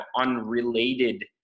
unrelated